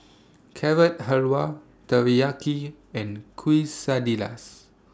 Carrot Halwa Teriyaki and Quesadillas